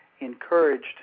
encouraged